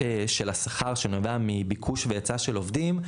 של השכר שנובע מביקוש והיצע של עובדים,